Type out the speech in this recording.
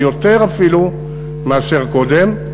היא יותר אפילו מאשר קודם.